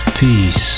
Peace